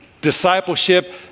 discipleship